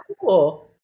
cool